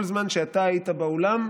כל זמן שאתה היית באולם,